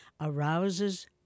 arouses